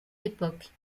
époques